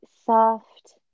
soft